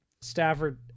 Stafford